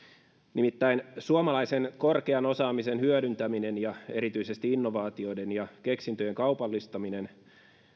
nimittäin suomalaisen korkean osaamisen hyödyntäminen ja erityisesti innovaatioiden ja keksintöjen kaupallistaminen